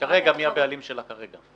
מי הבעלים שלה כרגע?